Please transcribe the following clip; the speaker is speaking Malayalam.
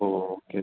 ഓ ഓക്കെ